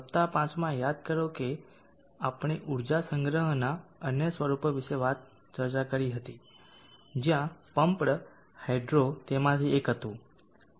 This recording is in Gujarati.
સપ્તાહ 5 માં યાદ કરો આપણે ઊર્જા સંગ્રહના અન્ય સ્વરૂપો વિશે ચર્ચા કરી હતી જ્યાં પમ્પડ હાઈડ્રો તેમાંથી એક હતું